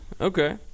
okay